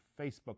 Facebook